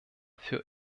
für